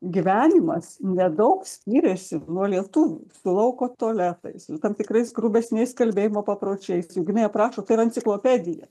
gyvenimas nedaug skiriasi nuo lietuvių su lauko tualetais tam tikrais grubesniais kalbėjimo papročiais juk jinai aprašo tai yra enciklopedija